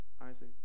Isaac